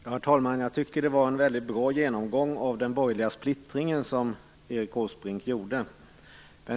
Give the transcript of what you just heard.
Herr talman! Jag tycker att det var en mycket bra genomgång av den borgerliga splittringen som Erik Åsbrink gjorde.